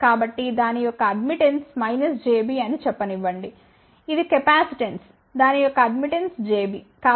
కాబట్టి దాని యొక్క అడ్మిట్టెన్స్ jB అని చెప్పనివ్వండి ఇది కెపాసిటెన్స్ దాని యొక్క అడ్మిట్టెన్స్ jB